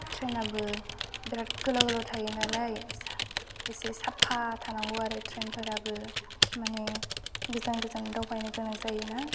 ट्रैनाबो बेराद गोलाव गोलाव थायो नालाय एसे साफा थानांगौ आरो ट्रैनफोराबो माने गोजान गोजान दावगायनो गोनां जायोना